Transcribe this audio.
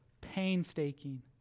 painstaking